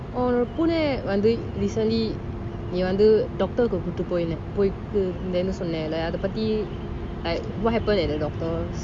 உன் புனை:un puna recently நீ வந்து:nee vanthu doctor குட்டி பொய் இருந்தானு சொன்னாலே:kuti poi irunthanu sonnala like what happened at the doctor's